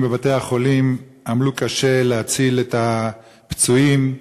בבתי-החולים עמלו קשה להציל את הפצועים,